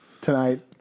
Tonight